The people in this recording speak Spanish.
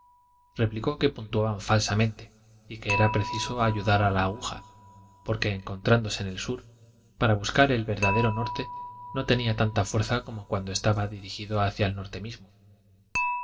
replicó que puntuaban falsamente y que era preciso ayudar a la aguja porque encontrándose en el sur para buscar el verdadero norte no tenía tanta fuerza como cuando estaba dirigida hacia el norte mismo